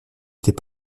était